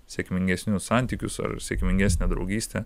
sėkmingesnius santykius ar sėkmingesnę draugystę